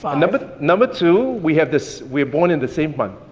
um number, number two, we have this, we are born in the same month.